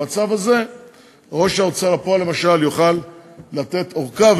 במצב הזה ראש ההוצאה לפועל יוכל לתת ארכה,